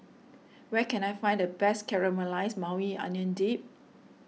where can I find the best Caramelized Maui Onion Dip